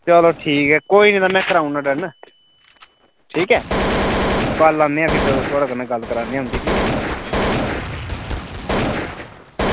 चलो ठीक ऐ कोई निं में कराई ओड़ना डन ठीक ऐ कल औन्ने आं भी थुआढ़े कन्नै गल्ल करान्ने आं तुं'दी ठीक ऐ